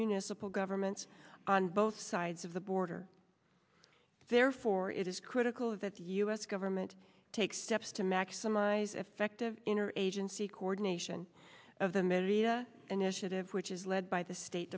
municipal governments on both sides of the border therefore it is critical that u s government take steps to maximize effective inner agency coordination of the middy a initiative which is led by the state